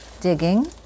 digging